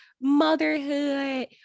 motherhood